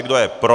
Kdo je pro?